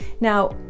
Now